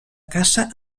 caça